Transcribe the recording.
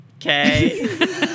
Okay